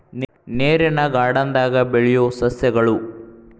ನೇರಿನ ಗಾರ್ಡನ್ ದಾಗ ಬೆಳಿಯು ಸಸ್ಯಗಳು